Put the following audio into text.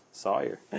Sawyer